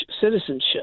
citizenship